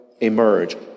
emerge